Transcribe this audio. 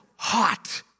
Hot